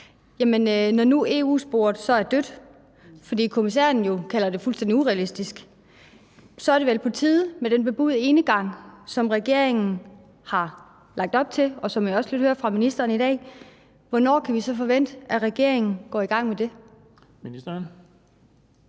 nu EU-sporet så er dødt, fordi flygtningekommissæren jo kalder det fuldstændig urealistisk, så er det vel på tide med den bebudede enegang, som regeringen har lagt op til, og som jeg også hører fra ministeren i dag. Hvornår kan vi så forvente, at regeringen går i gang med det? Kl.